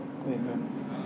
Amen